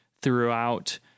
throughout